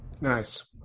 Nice